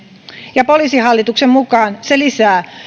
ja poliisihallituksen mukaan se lisää